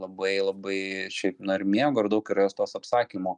labai labai šiaip nu ir mėgo ir daug yra jos tos apsakymų